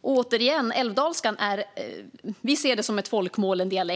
Återigen: Vi ser älvdalska som ett folkmål, en dialekt.